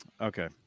okay